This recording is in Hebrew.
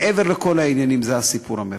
מעבר לכל העניינים זה הסיפור המרכזי.